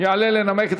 אני יכולה להוסיף את